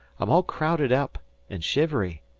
i'm all crowded up and shivery.